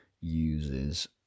uses